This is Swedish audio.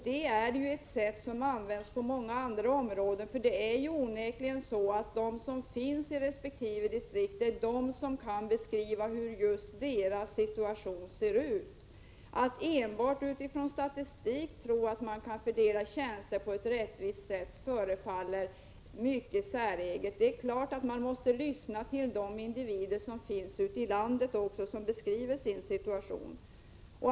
Samma förfaringssätt används ju på många andra områden, eftersom det är de som bor i distriktet i fråga som kan beskriva hur just deras situation ser ut. Det förefaller mycket konstigt att tro att man kan fördela tjänster rättvist med stöd av bara statistik. Naturligtvis måste man lyssna på de människor ute i landet som kan beskriva situationen.